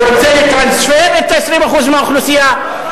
שרוצה לטרנספר 20% מהאוכלוסייה,